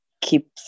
keep